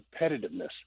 competitiveness